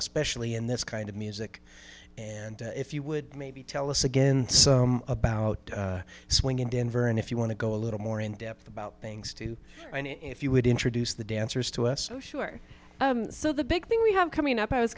especially in this kind of music and if you would maybe tell us again about swing in denver and if you want to go a little more in depth about things too and if you would introduce the dancers to us oh sure so the big thing we have coming up i was